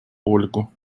ольгу